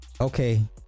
okay